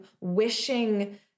wishing